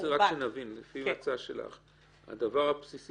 הדבר הבסיסי